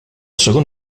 segon